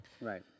Right